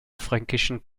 fränkischen